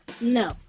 No